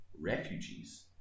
refugees